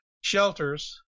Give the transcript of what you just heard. shelters